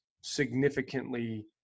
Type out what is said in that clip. significantly